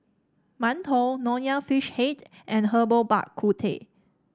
Mantou Nonya Fish Head and Herbal Bak Ku Teh